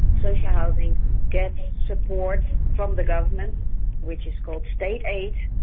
social housing gets support from the government which is called state aid,